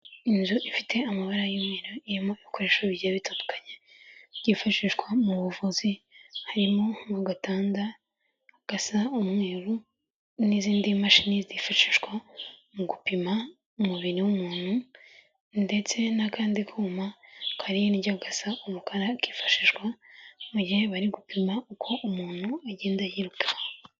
Inzu ifite amabara y'umweru irimo ibikoresho bigiye bitandukanye, byifashishwa mu buvuzi, harimo n'agatanda gasa umweru, n'izindi mashini zifashishwa mu gupima umubiri w'umuntu ndetse n'akandi kuma, kari hirya gasa umukara kifashishwa mu gihe bari gupima uko umuntu agenda yiruka.